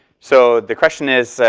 so the question is,